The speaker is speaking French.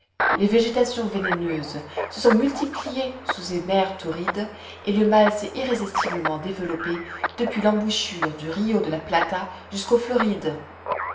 les végétations vénéneuses se sont multipliées sous ces mers torrides et le mal s'est irrésistiblement développé depuis l'embouchure du rio de la plata jusqu'aux florides